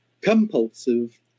compulsive